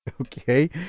Okay